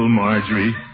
Marjorie